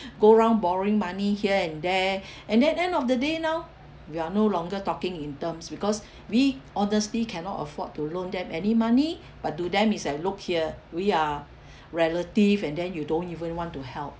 go around borrowing money here and there and then end of the day now we are no longer talking in terms because we honestly cannot afford to loan them any money but to them it's like look here we are relative and then you don't even want to help